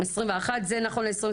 21, וזה נכון ל-2021.